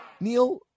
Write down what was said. Neil